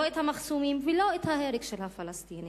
לא את המחסומים ולא את ההרג של הפלסטינים.